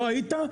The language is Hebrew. לא היית?